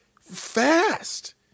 fast